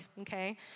okay